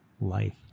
Life